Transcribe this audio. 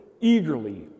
eagerly